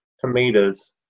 tomatoes